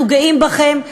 אנחנו גאים בכם,